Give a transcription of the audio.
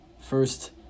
First